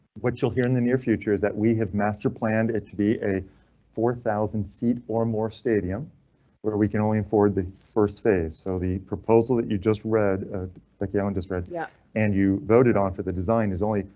what you hear in the near future is that we have master planned it to be a four thousand seat or more stadium but where we can only afford the first phase. so the proposal that you just read the calendar spread yeah and you voted on for the design is only.